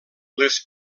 les